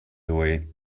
away